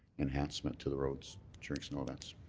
enhancement to the roads during snow events.